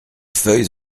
feuilles